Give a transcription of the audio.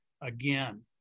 again